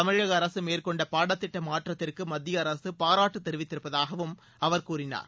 தமிழக அரசு மேற்கொண்ட பாடத்திட்ட மாற்றத்திற்கு மத்திய அரசு பாராட்டுத் தெரிவித்திருப்பதாகவும் அவர் கூறினார்